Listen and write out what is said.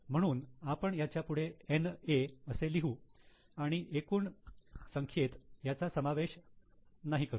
म्हणून आपण याच्या पुढे NA असे लिहू आणि एकूण संकेत याचा समावेश नाही करू